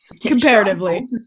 Comparatively